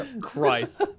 Christ